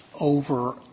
over